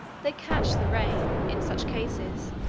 they catch the rain, in such cases,